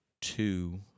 two